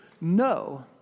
no